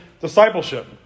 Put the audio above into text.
discipleship